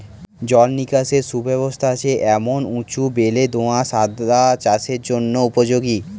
জল নিকাশের সুব্যবস্থা আছে এমন উঁচু বেলে দোআঁশ আদা চাষের জন্য উপযোগী